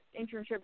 internships